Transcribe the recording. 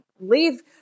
leave